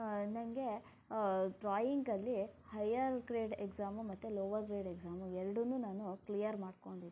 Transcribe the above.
ನನಗೆ ಡ್ರಾಯಿಂಗಲ್ಲಿ higher grade exam ಮತ್ತು ಲೋವರ್ ಗ್ರೇಡ್ ಎಕ್ಸಾಮು ಎರಡನ್ನೂ ನಾನು ಕ್ಲಿಯರ್ ಮಾಡ್ಕೊಂಡಿದ್ದೀನಿ